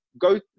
go